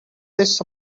this